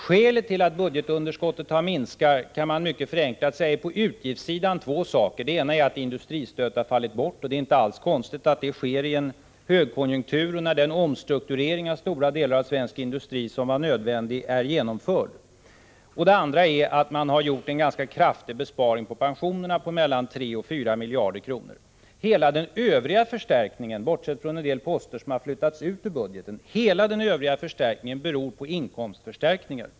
Skälet till att budgetunderskottet har minskat kan mycket förenklat sägas vara följande. På utgiftssidan har det skett två saker. Det ena är att industristödet har fallit bort — det är inte alls konstigt att detta sker i en högkonjunktur och när den omstrukturering av stora delar av svensk industri som var nödvändig är genomförd. Det andra är att man har gjort en ganska kraftig besparing på pensionerna på mellan tre och fyra miljarder. Hela den övriga förstärkningen — bortsett från en del poster som flyttats ut ur budgeten — beror på inkomstförstärkningar.